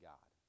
God